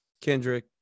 Kendrick